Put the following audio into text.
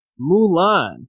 Mulan